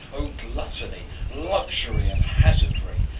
o glutt'ny, luxury, and hazardry!